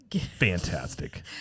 fantastic